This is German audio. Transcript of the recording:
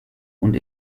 und